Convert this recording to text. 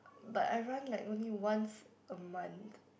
but I run like only once a month